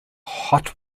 hot